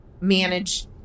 manage